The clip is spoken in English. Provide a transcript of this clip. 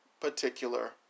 particular